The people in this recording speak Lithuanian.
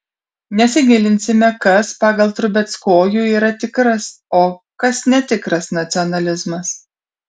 nesigilinsime kas pagal trubeckojų yra tikras o kas netikras nacionalizmas